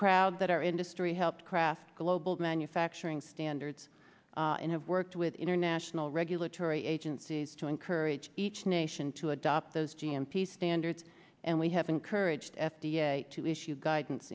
proud that our industry helped craft global manufacturing standards and have worked with international regulatory agencies to encourage each nation to adopt those g m p standards and we have encouraged f d a to issue guidance